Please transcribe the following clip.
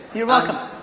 you're welcome.